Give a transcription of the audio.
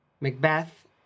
Macbeth